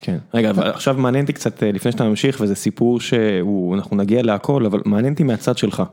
עכשיו מעניין אותי קצת לפני שאתה ממשיך וזה סיפור שהוא, אנחנו נגיע לכל אבל מעניין אותי מהצד שלך.